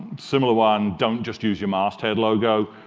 similar one, don't just use your masthead logo.